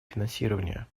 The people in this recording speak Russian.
финансирование